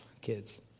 Kids